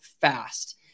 fast